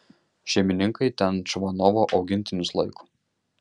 šeimininkai ten čvanovo augintinius laiko